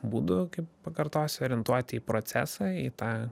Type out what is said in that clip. būdų kaip pakartosiu orientuoti į procesą į tą